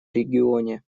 регионе